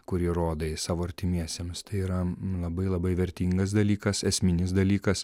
kurį rodai savo artimiesiems tai yra labai labai vertingas dalykas esminis dalykas